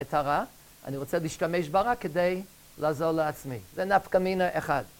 את הרע. אני רוצה להשתמש ברע כדי לעזור לעצמי. זה נפקא מינה אחד.